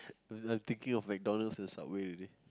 I'm I'm thinking of McDonald's and Subway already